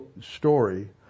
story